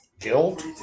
Guilt